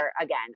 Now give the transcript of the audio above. again